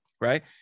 right